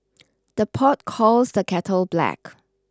the pot calls the kettle black